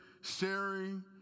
sharing